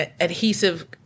adhesive